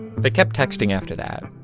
they kept texting after that,